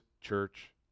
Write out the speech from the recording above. church